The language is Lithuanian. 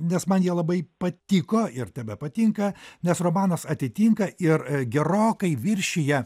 nes man jie labai patiko ir tebepatinka nes romanas atitinka ir gerokai viršija